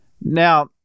Now